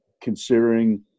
considering